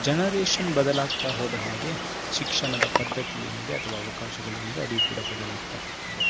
generation ಬದಲಾಗ್ತಾ ಹೋದ ಹಾಗೆ ಶಿಕ್ಷಣದ ಪದ್ಧತಿ ಏನಿದೆ ಅಥವಾ ಅವಕಾಶಗಳೇನಿದೆ ಅದು ಕೂಡ ಬದಲಾಗ್ತಾ ಹೋಗ್ತವೆ